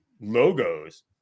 logos